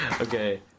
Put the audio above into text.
okay